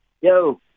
Yo